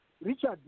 Richard